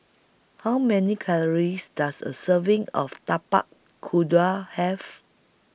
How Many Calories Does A Serving of Tapak Kuda Have